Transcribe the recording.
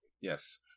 Yes